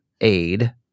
aid